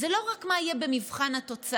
זה לא רק מה יהיה במבחן התוצאה,